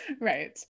Right